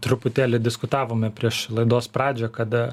truputėlį diskutavome prieš laidos pradžią kada